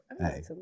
Hey